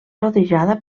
rodejada